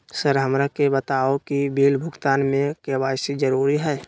Sir हमरा के बताओ कि बिल भुगतान में के.वाई.सी जरूरी हाई?